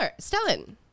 Stellan